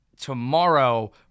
Tomorrow